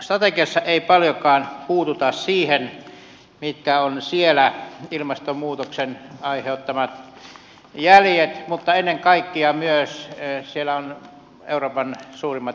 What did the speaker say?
tässä strategiassa ei paljonkaan puututa siihen mitkä ovat siellä ilmastonmuutoksen aiheuttamat jäljet mutta ennen kaikkea myös siellä on euroopan suurimmat energiavarat